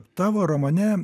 tavo romane